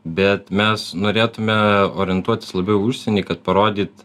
bet mes norėtume orientuotis labiau užsienyje kad parodyt